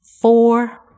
Four